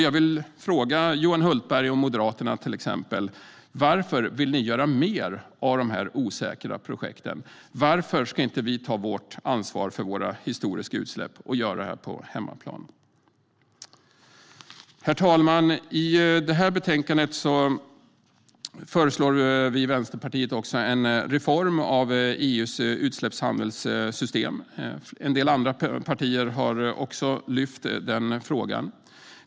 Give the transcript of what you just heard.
Jag vill fråga till exempel Johan Hultberg och Moderaterna: Varför vill ni göra mer av de osäkra projekten? Varför ska inte vi ta vårt ansvar för våra historiska utsläpp och göra det på hemmaplan? Herr talman! I betänkandet föreslår vi i Vänsterpartiet en reform av EU:s utsläppshandelssystem. En del andra partier har också lyft fram den frågan.